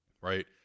right